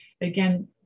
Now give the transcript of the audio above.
again